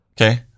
Okay